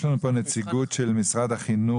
יש לנו פה נציגות של משרד החינוך.